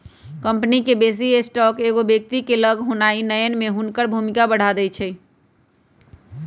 company के बेशी stock एगो व्यक्ति के लग होनाइ नयन में हुनकर भूमिका बढ़ा देइ छै